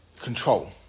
control